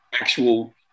actual